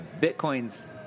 Bitcoin's